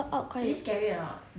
not supernatural anything lah but